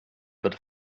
würde